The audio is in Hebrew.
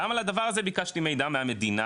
גם על הדבר הזה, ביקשתי מידע מהמדינה